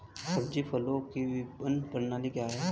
सब्जी फसलों की विपणन प्रणाली क्या है?